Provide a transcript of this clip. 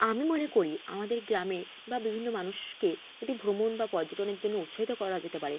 আমি মনে করি আমাদের গ্রামে বা বিভিন্ন মানুষকে যদি ভ্রমণ বা পর্যটনের জন্য উৎসাহিত করা যেতে পারে